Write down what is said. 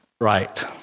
right